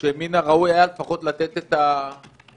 שמן הראוי היה לפחות לתת את הזמנים,